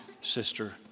sister